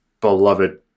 beloved